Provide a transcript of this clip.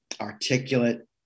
articulate